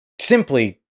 simply